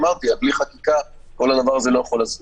אמרתי, בלי חקיקה כל הדבר הזה לא יכול לזוז.